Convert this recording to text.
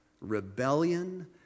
Rebellion